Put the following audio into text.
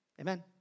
Amen